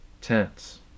tense